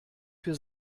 für